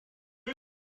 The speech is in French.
demi